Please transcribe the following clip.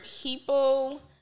people